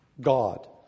God